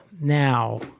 Now